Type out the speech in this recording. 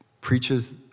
preaches